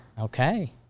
Okay